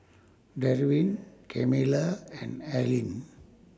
Derwin Camila and Arlene